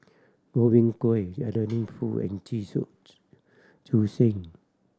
Godwin Koay Adeline Foo and Chu Chee Seng